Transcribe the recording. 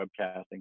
webcasting